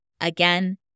again